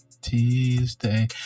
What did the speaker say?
tuesday